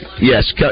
Yes